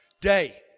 day